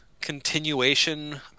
continuation